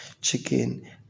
chicken